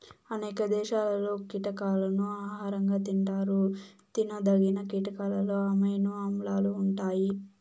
అనేక దేశాలలో కీటకాలను ఆహారంగా తింటారు తినదగిన కీటకాలలో అమైనో ఆమ్లాలు ఉంటాయి